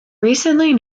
recently